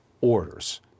orders